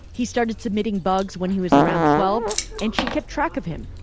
he started submitting bugs when he was around twelve and she kept track of him.